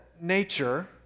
nature